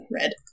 Red